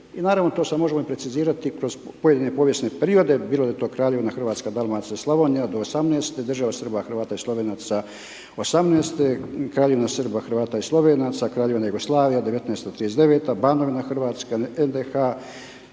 I naravno to se može i precizirati kroz pojedine povijesne periode, bilo da je to Kraljevina Hrvatska, Dalmacija, Slavonija, do 18, država Srba, Hrvata i Slovenaca 18, Kraljevina Srba, Hrvata i Slovenaca, Kraljevina Jugoslavija, 19 od 39, Banovina Hrvatska, NDH